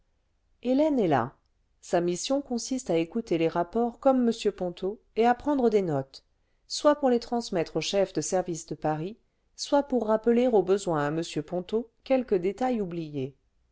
hélène est là sa mission consiste à écouter les rapports comme le vingtième siècle m ponto et à prendre des notes soit pour les transmettre aux chefs de service de paris soit pour rappeler au besoin à m ponto quelque détail oublié